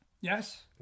yes